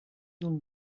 nun